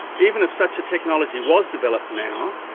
even if such a technology was developed now,